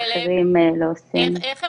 איך הם